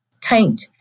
taint